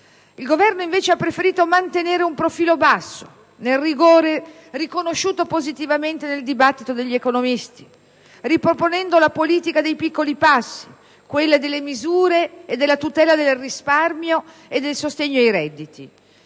Il Governo invece ha preferito mantenere un profilo basso, nel rigore riconosciuto positivamente nel dibattito dagli economisti, riproponendo la politica dei piccoli passi, quella delle misure e della tutela del risparmio e del sostegno ai redditi.